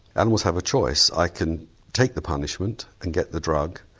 animals have a choice i can take the punishment and get the drug,